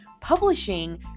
publishing